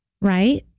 right